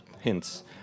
hints